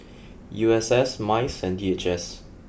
U S S Mice and D H S